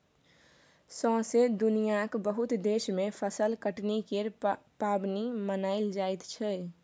सौसें दुनियाँक बहुत देश मे फसल कटनी केर पाबनि मनाएल जाइ छै